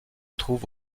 trouve